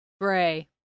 Gray